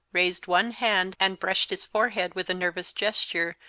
raised one hand and brushed his forehead with a nervous gesture,